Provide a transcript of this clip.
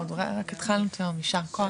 עוד רק התחלנו, יישר כוח.